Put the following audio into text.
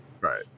Right